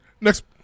Next